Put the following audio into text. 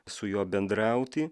su juo bendrauti